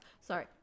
Sorry